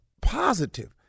positive